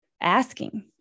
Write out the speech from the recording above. asking